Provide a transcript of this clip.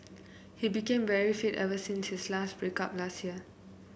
he became very fit ever since his last break up last year